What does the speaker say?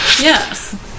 yes